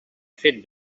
fet